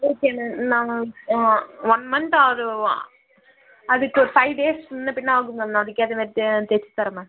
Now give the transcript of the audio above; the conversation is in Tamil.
ஓகே மேம் நாங்கள் ஒன் மந்த் அது அதுக்கு ஃபை டேஸ் முன்ன பின்ன ஆகும் மேம் நான் அதுக்கேற்ற மாதிரி தே தச்சுத்தரேன் மேம்